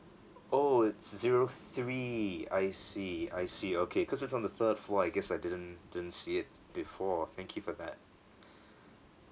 oh it's a zero three I see I see okay cause it's on the third floor I guess I didn't didn't see it before thank you for that